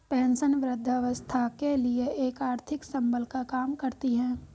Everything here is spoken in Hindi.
पेंशन वृद्धावस्था के लिए एक आर्थिक संबल का काम करती है